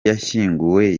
yashyinguwe